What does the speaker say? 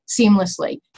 seamlessly